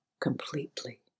completely